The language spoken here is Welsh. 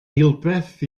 eilbeth